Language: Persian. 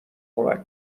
کمک